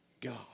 God